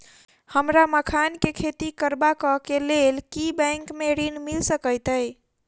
हमरा मखान केँ खेती करबाक केँ लेल की बैंक मै ऋण मिल सकैत अई?